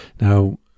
Now